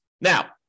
Now